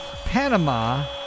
Panama